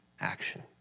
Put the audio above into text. action